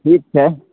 ठीक छै